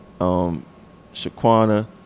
Shaquana